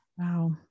Wow